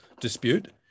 dispute